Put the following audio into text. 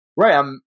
Right